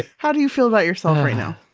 how do you feel about yourself right now?